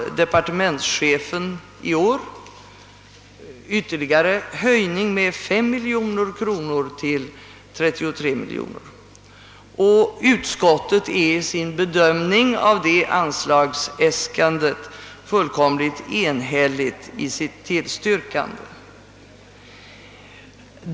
Departementschefen föreslår i år ytterligare höjning med 5 miljoner kronor till 33 miljoner kronor. Utskottet tillstyrker enhälligt detta anslagsäskande.